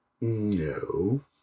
No